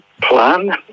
plan